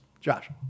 Josh